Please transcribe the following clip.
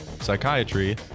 psychiatry